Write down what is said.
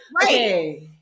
right